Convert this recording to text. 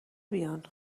بیان